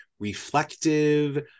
Reflective